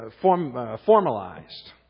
formalized